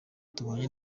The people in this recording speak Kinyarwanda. tubanye